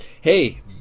Hey